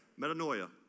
metanoia